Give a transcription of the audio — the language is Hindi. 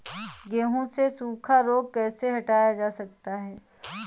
गेहूँ से सूखा रोग कैसे हटाया जा सकता है?